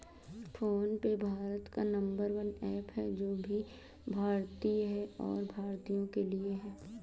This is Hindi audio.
फोन पे भारत का नंबर वन ऐप है जो की भारतीय है और भारतीयों के लिए है